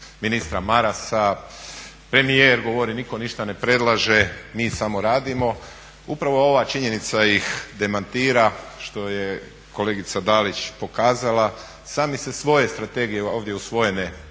ministra Marasa, premijer govori, nitko ništa ne predlaže, mi samo radimo. Upravo ova činjenica ih demantira što je kolegica Dalić pokazala. Sami se svoje strategije ovdje usvojene na